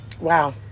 Wow